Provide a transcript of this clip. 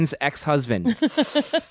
ex-husband